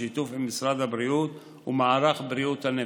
בשיתוף עם משרד הבריאות ומערך בריאות הנפש,